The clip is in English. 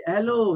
Hello